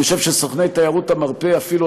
אני חושב שסוכני תיירות המרפא אפילו,